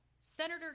Senator